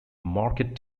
market